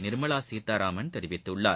நிா்மலா சீதாராமன் தெரிவித்துள்ளார்